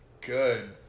good